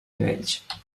nivells